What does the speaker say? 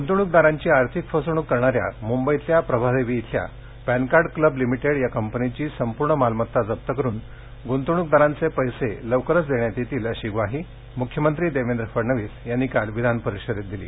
गंतवणूकदारांची आर्थिक फसवणूक करणाऱ्या मुंबईतल्या प्रभादेवी इथल्या पॅनकार्ड क्लब लिमिटेड या कंपनीची संपूर्ण मालमत्ता जप्त करून ग्रंतवण्कदारांचे पैसे लवकरच देण्यात येतील अशी ग्वाही मुख्यमंत्री देवेंद्र फडणवीस यांनी काल विधानपरिषदेत दिली